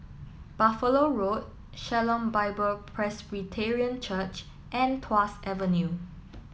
Buffalo Road Shalom Bible Presbyterian Church and Tuas Avenue